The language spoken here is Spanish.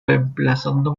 reemplazando